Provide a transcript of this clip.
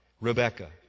Rebecca